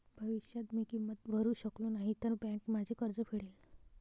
भविष्यात मी किंमत भरू शकलो नाही तर बँक माझे कर्ज फेडेल